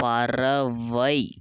பறவை